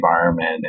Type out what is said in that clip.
environment